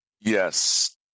Yes